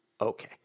Okay